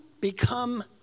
become